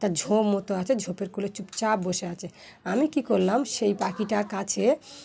তার ঝোপ মতো আছে ঝোঁপের কুলে চুপচাপ বসে আছে আমি কী করলাম সেই পাখিটার কাছে